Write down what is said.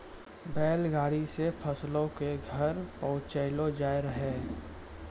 बैल गाड़ी से फसलो के घर पहुँचैलो जाय रहै